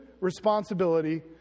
responsibility